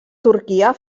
turquia